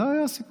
זה היה הסיפור.